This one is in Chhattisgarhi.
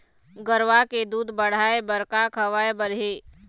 गरवा के दूध बढ़ाये बर का खवाए बर हे?